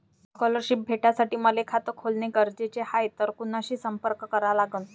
Scholarship भेटासाठी मले खात खोलने गरजेचे हाय तर कुणाशी संपर्क करा लागन?